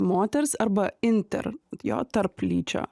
moters arba inter jo tarplyčio